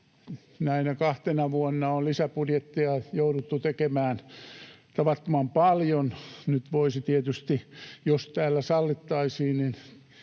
näinä kahtena vuonna on lisäbudjettia jouduttu tekemään tavattoman paljon. Nyt voisi tietysti, jos täällä sallittaisiin, tehdä